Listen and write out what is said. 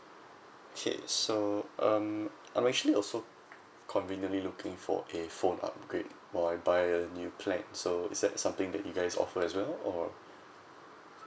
okay so um I'm actually also conveniently looking for a phone upgrade while I buy a new plan so is that something that you guys offer as well or